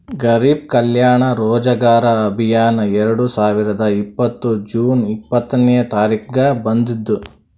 ಗರಿಬ್ ಕಲ್ಯಾಣ ರೋಜಗಾರ್ ಅಭಿಯಾನ್ ಎರಡು ಸಾವಿರದ ಇಪ್ಪತ್ತ್ ಜೂನ್ ಇಪ್ಪತ್ನೆ ತಾರಿಕ್ಗ ಬಂದುದ್